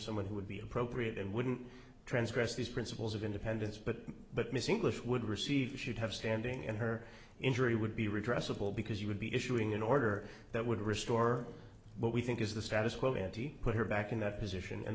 someone who would be appropriate and wouldn't transgress these principles of independence but but missing list would receive should have standing in her injury would be redress civil because you would be issuing an order that would restore what we think is the status quo ante put her back in that position